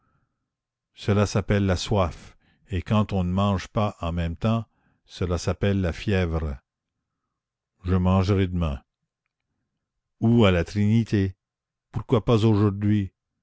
cela s'appelle la soif et quand on ne mange pas en même temps cela s'appelle la fièvre je mangerai demain ou à la trinité pourquoi pas aujourd'hui